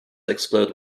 explode